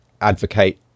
advocate